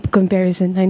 Comparison